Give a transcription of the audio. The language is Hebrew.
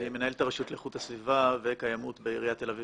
אני מנהל את הרשות לאיכות הסביבה וקיימות בעיריית תל אביב.